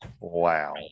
Wow